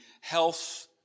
health